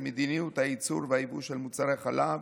מדיניות הייצור והיבוא של מוצרי חלב,